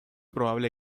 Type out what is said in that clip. probable